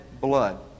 blood